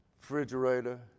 refrigerator